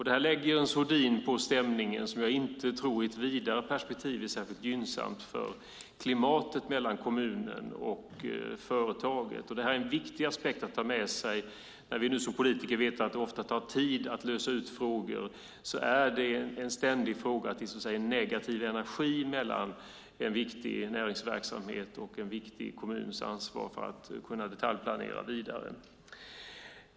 Det här lägger en sordin på stämningen som jag inte tror är särskilt gynnsamt för klimatet mellan kommunen och företaget i ett vidare perspektiv. Det här är en viktig aspekt att ta med sig. Vi politiker vet att det ofta tar tid att lösa ut frågor. Det här är en ständig källa till negativ energi mellan en viktig näringsverksamhet och en viktig kommun som har ansvar för att detaljplanera vidare.